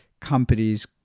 companies